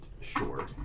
Sure